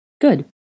Good